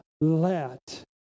let